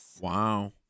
Wow